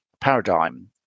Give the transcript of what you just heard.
paradigm